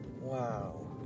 Wow